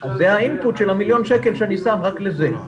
אז זה האינפוט של המיליון שקל שאני שם רק לזה.